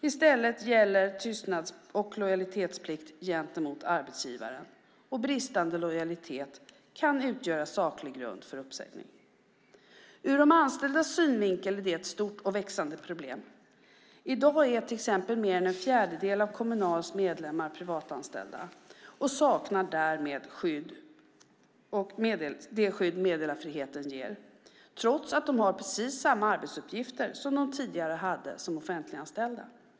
I stället gäller tystnads och lojalitetsplikt gentemot arbetsgivaren. Bristande lojalitet kan utgöra saklig grund för uppsägning. Ur de anställdas synvinkel är det ett stort och växande problem. I dag är till exempel mer än en fjärdedel av Kommunals medlemmar privatanställda och saknar därmed det skydd meddelarfriheten ger, trots att de har precis samma arbetsuppgifter som de tidigare hade som offentliganställda.